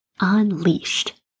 unleashed